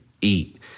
eat